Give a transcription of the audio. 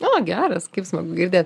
o geras kaip smagu girdėt